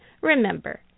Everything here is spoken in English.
Remember